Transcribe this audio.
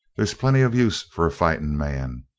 they's plenty of use for a fighting man!